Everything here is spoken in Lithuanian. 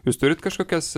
jūs turit kažkokias